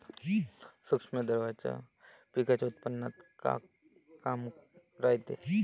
सूक्ष्म द्रव्याचं पिकाच्या उत्पन्नात का काम रायते?